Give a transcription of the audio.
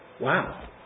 Wow